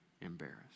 embarrassed